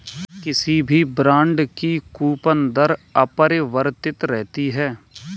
किसी भी बॉन्ड की कूपन दर अपरिवर्तित रहती है